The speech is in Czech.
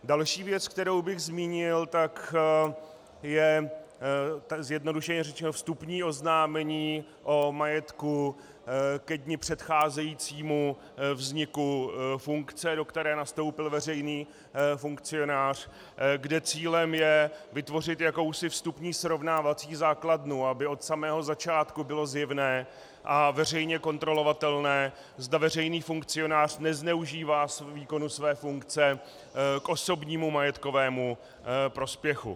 Další věc, kterou bych zmínil, je zjednodušeně řečeno vstupní oznámení o majetku ke dni předcházejícímu vzniku funkce, do které nastoupil veřejný funkcionář, kde cílem je vytvořit jakousi vstupní srovnávací základnu, aby od samotného začátku bylo zjevné a veřejně kontrolovatelné, zda veřejný funkcionář nezneužívá výkonu své funkce k osobnímu majetkovému prospěchu.